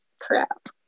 crap